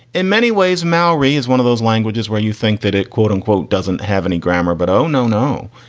in many ways, maori is one of those languages where you think that it, quote unquote, doesn't have any grammar. but, oh, no, no.